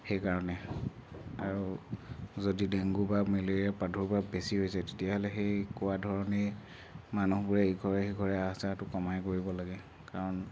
সেইকাৰণে আৰু যদি ডেংগু বা মেলেৰিয়া প্ৰাদুৰ্ভাৱ বেছি হৈছে তেতিয়াহ'লে সেই কোৱা ধৰণেই মানুহবোৰে ইঘৰে সিঘৰে আহা যোৱাটো কমাই কৰিব লাগে কাৰণ